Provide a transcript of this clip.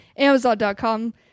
Amazon.com